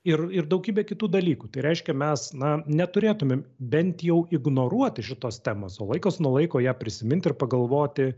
ir ir daugybę kitų dalykų tai reiškia mes na neturėtumėm bent jau ignoruoti šitos temos o laikas nuo laiko ją prisiminti ir pagalvoti